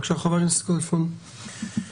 חבר הכנסת, כלפון, בבקשה.